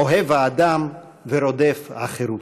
אוהב האדם ורודף החירות.